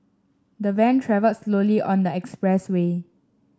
the van travelled slowly on the expressway